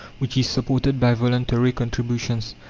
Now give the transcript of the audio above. which is supported by voluntary contributions.